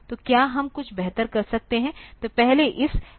तो क्या हम कुछ बेहतर कर सकते हैं